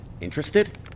Interested